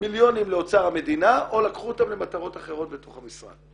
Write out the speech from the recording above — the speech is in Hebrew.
מיליונים לאוצר המדינה או לקחו אותם למטרות אחרות בתוך המשרד.